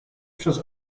przez